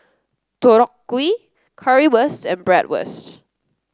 Deodeok Gui Currywurst and Bratwurst